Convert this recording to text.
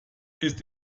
ist